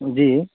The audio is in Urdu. جی